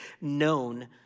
known